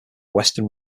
western